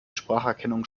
spracherkennung